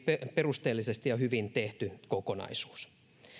perusteellisesti ja hyvin tehty kokonaisuus